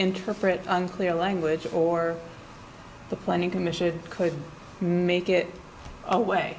interpret unclear language or the planning commission could make it away